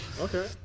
okay